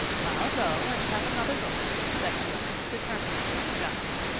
i'll go and have another look, said marilla, determining to be just.